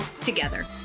together